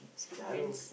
Singaporeans